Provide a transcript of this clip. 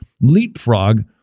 leapfrog